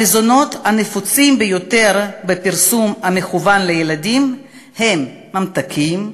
המזונות הנפוצים ביותר בפרסום המכוון לילדים הם ממתקים,